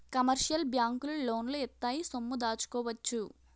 commercial బ్యాంకులు లోన్లు ఇత్తాయి సొమ్ము దాచుకోవచ్చు